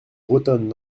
bretonne